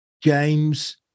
James